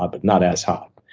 ah but not as hot.